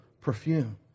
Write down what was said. perfume